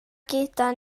gyda